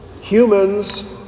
Humans